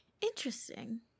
Interesting